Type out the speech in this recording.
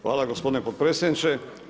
Hvala gospodine potpredsjedniče.